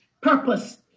purpose